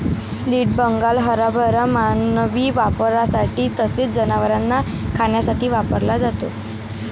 split Bengal हरभरा मानवी वापरासाठी तसेच जनावरांना खाण्यासाठी वापरला जातो